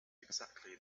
exactly